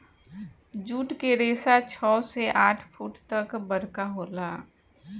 जुट के रेसा छव से आठ फुट तक बरका होला